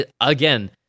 again